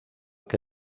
que